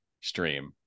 stream